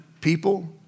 people